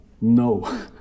no